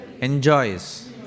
enjoys